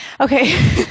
Okay